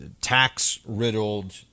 tax-riddled